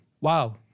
wow